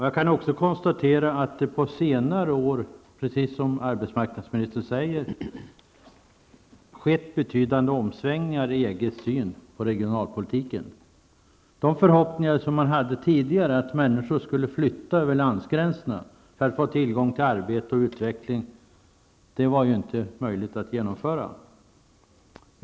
Jag kan också konstatera att det på senare år, precis som arbetsmarknadsministern säger, skett betydande omsvängningar i EGs syn på regionalpolitiken. De förhoppningar som man hade tidigare att människor skulle flytta över landsgränserna för att få tillgång till arbete och utveckling var inte möjliga att uppfylla.